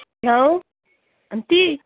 hello aunty